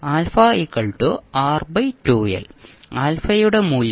α R2L ആൽഫയുടെ മൂല്യം 2